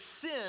sin